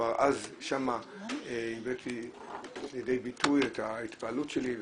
וכבר אז הבאתי לידי ביטוי את ההתפעלות שלי,